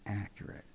accurate